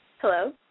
Hello